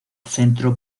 centro